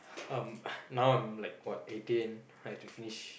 um now I'm like what eighteen I have to finish